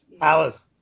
Alice